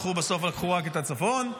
הלכו בסוף ולקחו רק את הצפון,